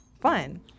fun